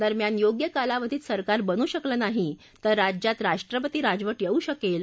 दरम्यान योग्य कालावधीत सरकार बनू शकलं नाही तर राज्यात राष्ट्रपती राजवा श्रेक शकेल